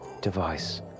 device